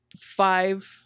five